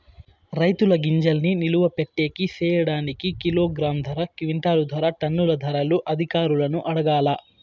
రైతుల గింజల్ని నిలువ పెట్టేకి సేయడానికి కిలోగ్రామ్ ధర, క్వింటాలు ధర, టన్నుల ధరలు అధికారులను అడగాలా?